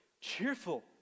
cheerful